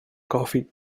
coffee